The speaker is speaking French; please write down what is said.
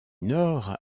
nord